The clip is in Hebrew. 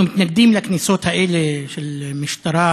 אנחנו מתנגדים לכניסות האלה של משטרה